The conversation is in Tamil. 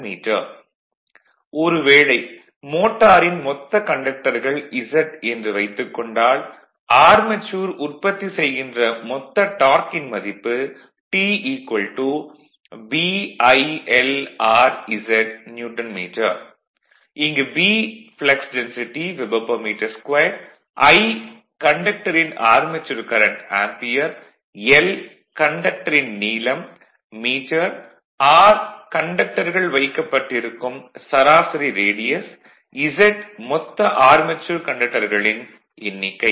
ஓரு வேளை மோட்டாரின் மொத்த கண்டக்டர்கள் Z என்று வைத்துக் கொண்டால் ஆர்மெச்சூர் உற்பத்தி செய்கின்ற மொத்த டார்க்கின் மதிப்பு T Nm இங்கு B flux density Wbm2 I கண்டக்டரின் ஆர்மெச்சூர் கரண்ட் ஆம்பியர் l கண்டக்டரின் நீளம் மீட்டர் r கண்டக்டர்கள் வைக்கப்பட்டிருக்கும் சராசரி ரேடியஸ் Z மொத்த ஆர்மெச்சூர் கண்டக்டர்களின் எண்ணிக்கை